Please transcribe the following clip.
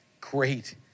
Great